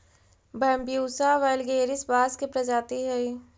Bambusa वैलगेरिस बाँस के प्रजाति हइ